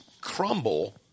crumble